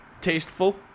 tasteful